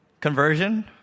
Conversion